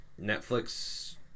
Netflix